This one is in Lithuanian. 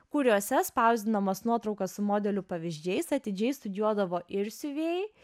kuriuose spausdinamas nuotraukas su modelių pavyzdžiais atidžiai studijuodavo ir siuvėjai